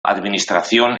administración